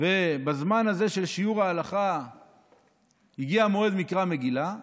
ובזמן הזה של שיעור ההלכה הגיע מועד מקרא המגילה,